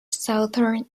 southern